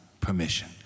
permission